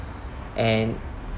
and